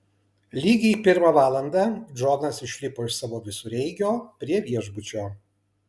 lygiai pirmą valandą džonas išlipo iš savo visureigio prie viešbučio